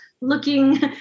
looking